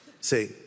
See